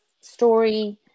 story